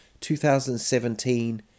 2017